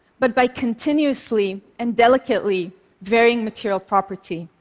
but by continuously and delicately varying material property.